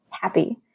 happy